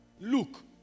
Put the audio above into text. look